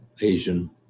Asian